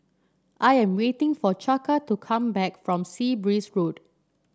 I am waiting for Chaka to come back from Sea Breeze Road